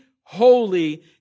holy